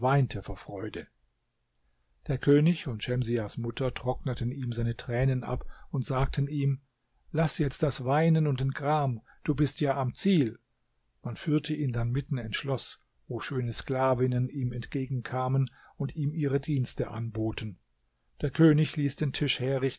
vor freude der könig und schemsiahs mutter trockneten ihm seine tränen ab und sagten ihm laß jetzt das weinen und den gram du bist ja am ziel man führte ihn dann mitten ins schloß wo schöne sklavinnen ihm entgegen kamen und ihm ihre dienste anboten der könig ließ den tisch